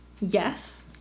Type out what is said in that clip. yes